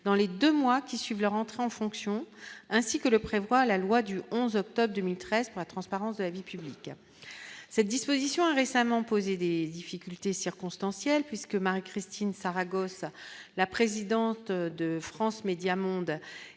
dans les 2 mois qui suivent leur entrée en fonction, ainsi que le prévoit la loi du 11 octobre 2013 pas transparence de la vie publique, cette disposition a récemment posé des IFIC lutter circonstanciels puisque Marie-Christine Saragosse, la présidente de France Médias Monde